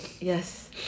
yes